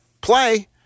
play